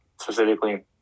specifically